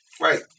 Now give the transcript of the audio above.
Right